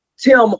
Tim